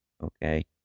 okay